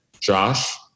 Josh